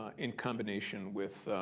ah in combination with,